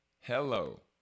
hello